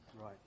right